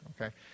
Okay